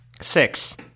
Six